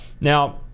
now